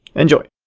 enjoy!